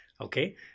Okay